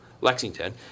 Lexington